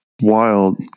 Wild